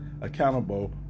accountable